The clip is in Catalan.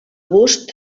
bust